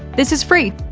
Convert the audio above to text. this is free,